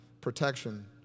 protection